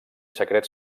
secrets